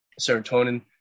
serotonin